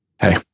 Hey